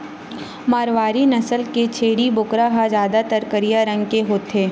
मारवारी नसल के छेरी बोकरा ह जादातर करिया रंग के होथे